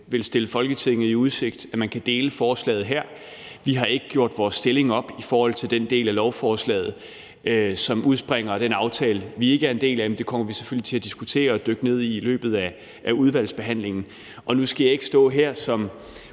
vil stille Folketinget i udsigt, at man kan dele forslaget her. Vi har ikke gjort vores stilling op i forhold til den del af lovforslaget, som udspringer af den aftale, vi ikke er en del af, men det kommer vi selvfølgelig til at diskutere og dykke ned i i løbet af udvalgsbehandlingen. Nu skal jeg ikke stå her som